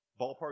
ballpark